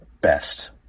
best